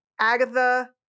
agatha